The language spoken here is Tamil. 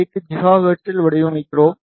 8 ஜிகாஹெர்ட்ஸில் வடிவமைக்கிறோம்